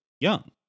young